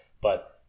but-